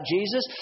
Jesus